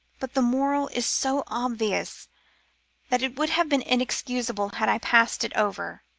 but the moral is so obvious that it would have been inexcusable had i passed it over.